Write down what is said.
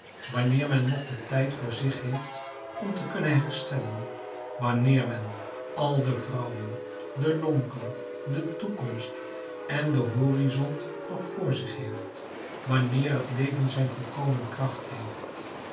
wanneer men nog den tijd voor zich heeft om te kunnen herstellen wanneer men al de vrouwen de lonken de toekomst en den horizont nog voor zich heeft wanneer het leven zijn volkomen kracht heeft